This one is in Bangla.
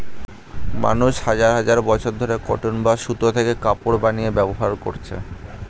মানুষ হাজার হাজার বছর ধরে কটন বা সুতো থেকে কাপড় বানিয়ে ব্যবহার করছে